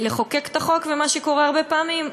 ומה שקורה הרבה פעמים,